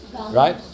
right